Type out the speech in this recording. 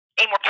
Amor